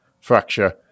fracture